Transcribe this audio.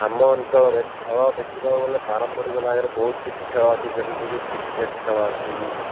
ଆମ ଅଞ୍ଚଳରେ ଖେଳ ଦେଖିବାକୁ ଗଲେ ପାରମ୍ପରିକ ଭାଗରେ ବହୁତ କିଛି ଖେଳ ଅଛି ଯେମିତିକି କ୍ରିକେଟ୍ ଖେଳ ଅଛି